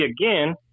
again